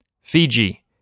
Fiji